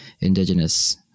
indigenous